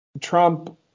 Trump